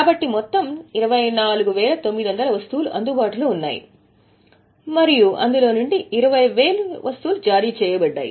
కాబట్టి మొత్తం 24900 వస్తువులు అందుబాటులో ఉన్నాయి మరియు 20000 జారీ చేయబడ్డాయి